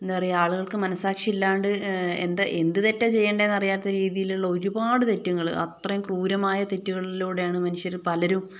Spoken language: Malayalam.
എന്താ പറയുക ആളുകൾക്ക് മനസാക്ഷി ഇല്ലാണ്ട് എന്താ എന്ത് തെറ്റാ ചെയ്യേണ്ടെന്ന് അറിയാത്ത രീതിയിലുള്ള ഒരുപാട് തെറ്റുകള് അത്രയും ക്രൂരമായ തെറ്റുകളിലൂടെയാണ് മനുഷ്യരിപ്പോൾ പലരും